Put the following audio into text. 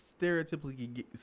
stereotypically